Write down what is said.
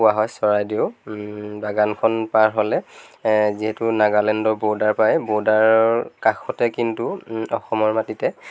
কোৱা হয় চৰাইদেউ বাগানখন পাৰ হ'লে যিহেতু নাগালেণ্ডৰ বৰ্ডাৰ পায় বৰ্ডাৰৰ কাষতে কিন্তু অসমৰ মাটিতে